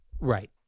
Right